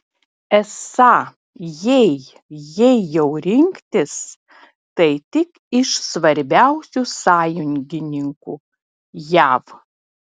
esą jei jei jau rinktis tai tik iš savo svarbiausių sąjungininkų jav